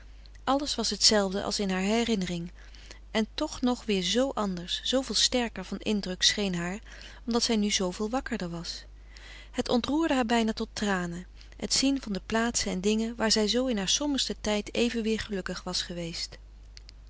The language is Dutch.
alles was hetzelfde als in haar herinnering en toch nog weer zoo anders zooveel sterker van indruk scheen haar omdat zij nu zooveel wakkerder was het ontroerde haar bijna tot tranen het zien van de plaatsen en dingen waar zij zoo in haar sombersten tijd even weer gelukkig was geweest